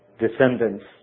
descendants